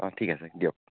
অ ঠিক আছে দিয়ক